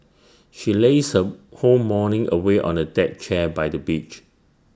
she lazed her whole morning away on A deck chair by the beach